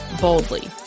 boldly